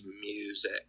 music